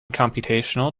computational